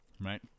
Right